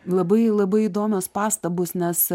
labai labai įdomios pastabus nes